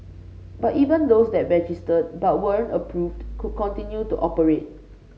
but even those that registered but weren't approved could continue to operate